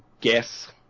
guess